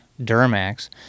Duramax